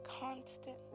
constant